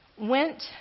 went